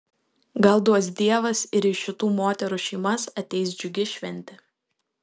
gal duos dievas ir į šitų moterų šeimas ateis džiugi šventė